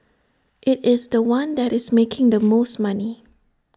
IT is The One that is making the most money